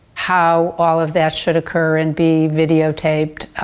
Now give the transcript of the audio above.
how all of that should occur and be videotaped.